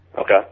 Okay